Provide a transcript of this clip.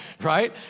right